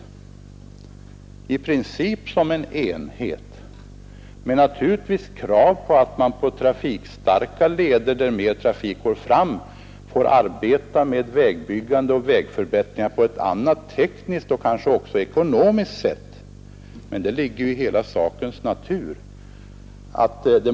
Man skall naturligtvis på mera trafikstarka leder kunna arbeta med vägbyggande och vägförbättringar på ett annat sätt, tekniskt och kanske även ekonomiskt. Det ligger i sakens natur.